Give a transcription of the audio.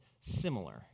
similar